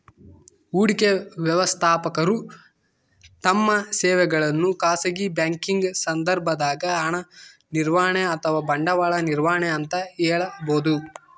ಹೂಡಿಕೆ ವ್ಯವಸ್ಥಾಪಕರು ತಮ್ಮ ಸೇವೆಗಳನ್ನು ಖಾಸಗಿ ಬ್ಯಾಂಕಿಂಗ್ ಸಂದರ್ಭದಾಗ ಹಣ ನಿರ್ವಹಣೆ ಅಥವಾ ಬಂಡವಾಳ ನಿರ್ವಹಣೆ ಅಂತ ಹೇಳಬೋದು